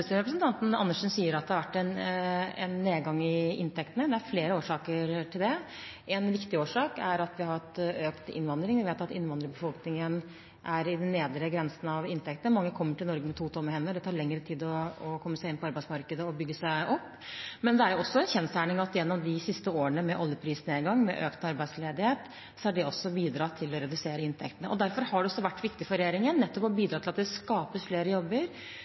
representanten Andersen sier – at det har vært en nedgang i inntektene. Det er flere årsaker til det. En viktig årsak er at vi har hatt økt innvandring. Vi vet at innvandrerbefolkningen er i den nedre grensen av inntekter. Mange kommer til Norge med to tomme hender, det tar lengre tid å komme seg inn på arbeidsmarkedet og bygge seg opp. Men det er også en kjensgjerning at de siste årene med oljeprisnedgang og med økt arbeidsledighet også har bidratt til å redusere inntektene. Derfor har det vært viktig for regjeringen å bidra til både å skape flere nye jobber,